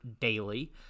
daily